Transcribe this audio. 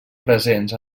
presents